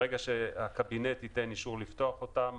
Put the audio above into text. ברגע שהקבינט ייתן אישור לפתוח אותם,